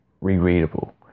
re-readable